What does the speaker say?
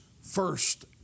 first